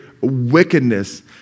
wickedness